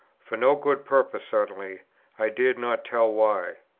for no good purpose certainly i dared not tell why.